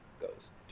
goes